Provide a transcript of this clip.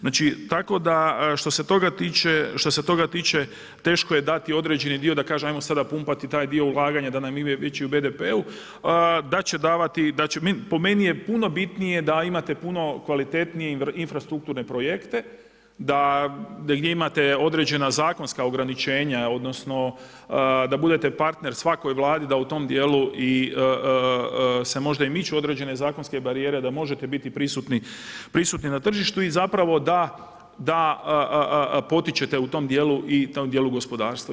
Znači, tako da što se toga tiče teško je dati određeni dio da kažemo, ajmo sada pumpati taj dio ulaganja da nam ide veći u BDP-u, da će davati, da će, po meni je puno bitnije da imate puno kvalitetnije infrastrukturne projekte, gdje imate određena zakonska ograničenja odnosno da budete partner svakoj Vladi da u tom dijelu i se možda i miču određene zakonske barijere, da možete biti prisutni na tržištu i zapravo da potičete u tom dijelu gospodarstvo.